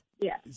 Yes